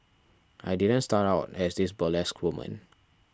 I didn't start out as this burlesque woman